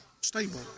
stable